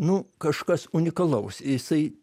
nu kažkas unikalaus jisai